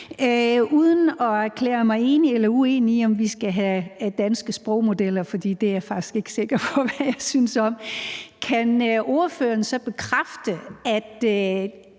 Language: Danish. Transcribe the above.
Uden at erklære mig enig eller uenig i, at vi skal have danske sprogmodeller – for det er jeg faktisk ikke sikker på hvad jeg synes om – kan ordføreren så bekræfte, at